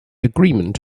agreement